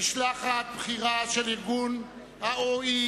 משלחת בכירה של ה-OECD.